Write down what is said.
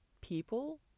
people